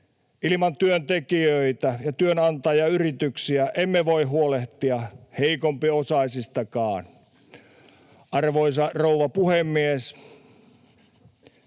Ilman työntekijöitä ja työnantajayrityksiä emme voi huolehtia heikompiosaisistakaan. Arvoisa rouva puhemies!